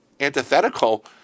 antithetical